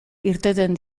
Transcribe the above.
irteten